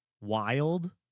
wild